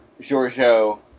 Giorgio